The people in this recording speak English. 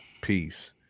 Peace